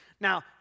Now